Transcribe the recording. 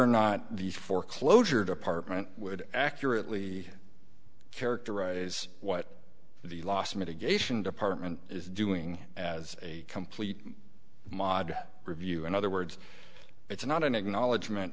or not the foreclosure department would accurately characterize what the loss mitigation department is doing as a complete model review in other words it's not an acknowledgment